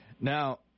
Now